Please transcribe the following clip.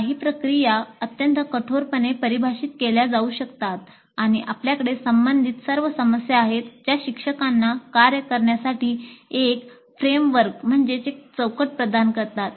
काही प्रक्रिया अत्यंत कठोरपणे परिभाषित केल्या जाऊ शकतात आणि आपल्याकडे संबंधित सर्व समस्या आहेत ज्या शिक्षकांना कार्य करण्यासाठी एक फ्रेमवर्क प्रदान करतात